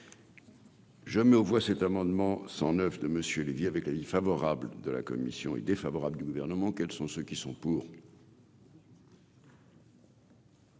Je mets aux voix cet amendement cent neuf de Monsieur Lévy avec avis favorable de la commission est défavorable du Gouvernement quels sont ceux qui sont pour.